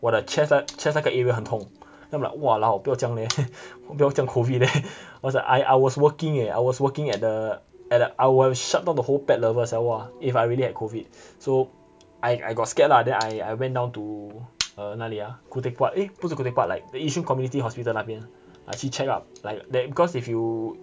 我的 chest chest 那个 area 很痛 then I'm like !walao! 不要这样 leh 不要这样 COVID leh was I I was working eh I was working at the at the I will shut down the whole Pet Lovers eh !wah! if I really had COVID so I I got scared lah then I went down to uh 哪里 ah khoo teck puat eh 不是 khoo teck puat like the yishun community hospital 那边去 check lah like cause if you